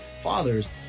fathers